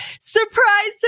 surprise